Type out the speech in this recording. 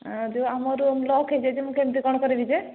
ଆଉ ଯୋଉ ଆମ ରୁମ୍ ଲକ୍ ହୋଇଯାଇଛି ମୁଁ କେମିତି କ'ଣ କରିବି ଯେ